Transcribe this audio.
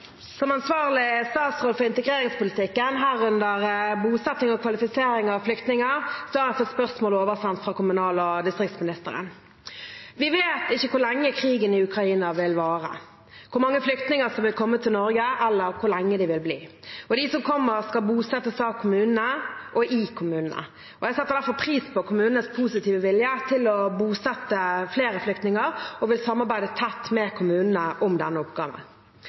Som ansvarlig statsråd for integreringspolitikken, herunder bosetting og kvalifisering av flyktninger, har jeg fått spørsmålet oversendt fra kommunal- og distriktsministeren. Vi vet ikke hvor lenge krigen i Ukraina vil vare, hvor mange flyktninger som vil komme til Norge, eller hvor lenge de vil bli. De som kommer, skal bosettes av kommunene og i kommunene. Jeg setter derfor pris på kommunenes positive vilje til å bosette flere flyktninger og vil samarbeide tett med kommunene om denne oppgaven.